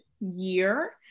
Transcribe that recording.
year